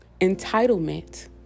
entitlement